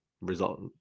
result